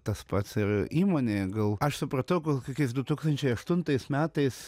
tas pats ir įmonėje gal aš supratau gal kokiais du tūkstančiai aštuntais metais